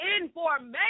information